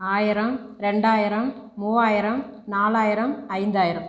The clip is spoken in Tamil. ஆயிரம் இரண்டாயிரம் மூவாயிரம் நாலாயிரம் ஐந்தாயிரம்